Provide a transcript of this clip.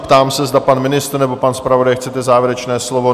Ptám se, jestli pan ministr nebo pan zpravodaj chcete závěrečné slovo?